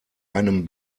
einem